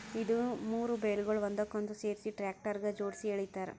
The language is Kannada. ಇದು ಮೂರು ಬೇಲ್ಗೊಳ್ ಒಂದಕ್ಕೊಂದು ಸೇರಿಸಿ ಟ್ರ್ಯಾಕ್ಟರ್ಗ ಜೋಡುಸಿ ಎಳಿತಾರ್